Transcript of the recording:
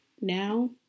now